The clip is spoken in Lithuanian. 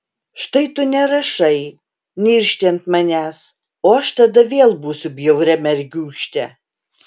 štai tu nerašai niršti ant manęs o aš tada vėl būsiu bjauria mergiūkšte